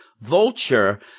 Vulture